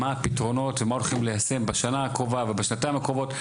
מה הפתרונות ומה הולכים ליישם בשנה הקרובה ובשנתיים הקרובות,